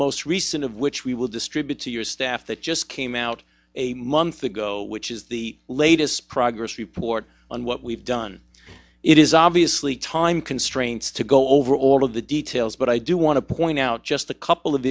most recent of which we will distribute to your staff that just came out a month ago which is the latest progress report on what we've done it is obviously time constraints to go over all of the details but i do want to point out just a couple of